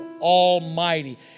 almighty